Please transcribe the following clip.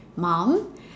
mum